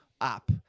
app